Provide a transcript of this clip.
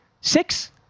Six